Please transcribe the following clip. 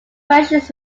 versions